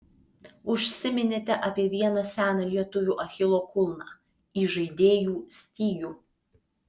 užsiminėte apie vieną seną lietuvių achilo kulną įžaidėjų stygių